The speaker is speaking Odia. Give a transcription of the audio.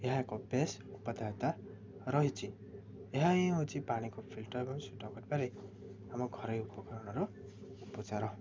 ଏହା ଏକ ବେଶ ଉପଦେୟତା ରହିଛି ଏହା ହିଁ ହେଉଛି ପାଣିକୁ ଫିଲ୍ଟର୍ ପାଇଁ ଶୁଦ୍ଧ କରିିବାରେ ଆମ ଘରୋଇ ଉପକରଣର ଉପଚାର